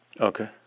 Okay